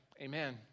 Amen